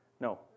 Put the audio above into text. No